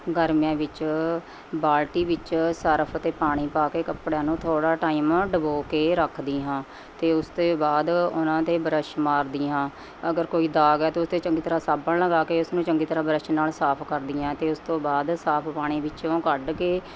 ਗਰਮੀਆਂ ਵਿੱਚ ਬਾਲਟੀ ਵਿੱਚ ਸਰਫ ਅਤੇ ਪਾਣੀ ਪਾ ਕੇ ਕੱਪੜਿਆਂ ਨੂੰ ਥੋੜ੍ਹਾ ਟਾਈਮ ਡੁਬੋ ਕੇ ਰੱਖਦੀ ਹਾਂ ਅਤੇ ਉਸਦੇ ਬਾਅਦ ਉਹਨਾਂ 'ਤੇ ਬਰੱਸ਼ ਮਾਰਦੀ ਹਾਂ ਅਗਰ ਕੋਈ ਦਾਗ ਹੈ ਅਤੇ ਉਥੇ ਚੰਗੀ ਤਰਾਂ ਸਾਬਣ ਲਗਾ ਕੇ ਇਸਨੂੰ ਚੰਗੀ ਤਰ੍ਹਾਂ ਬਰੱਸ਼ ਨਾਲ਼ ਸਾਫ ਕਰਦੀ ਹਾਂ ਅਤੇ ਉਸ ਤੋਂ ਬਾਅਦ ਸਾਫ ਪਾਣੀ ਵਿੱਚੋਂ ਕੱਢ ਕੇ